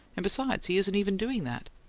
and, besides, he isn't even doing that.